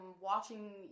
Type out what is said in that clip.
watching